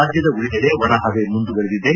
ರಾಜ್ಯದ ಉಳಿದೆಡೆ ಒಣಪವೆ ಮುಂದುವರಿದಿದೆ